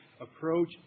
approach